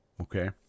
Okay